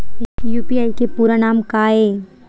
UPI के पूरा नाम का ये?